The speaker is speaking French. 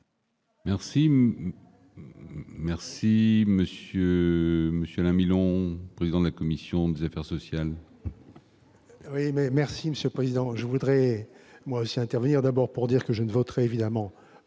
merci Monsieur, monsieur Alain Milon, président de la commission des affaires sociales. Oui, mais merci Monsieur Président je voudrais moi aussi intervenir d'abord pour dire que je ne voterai évidemment pas